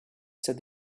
said